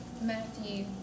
Matthew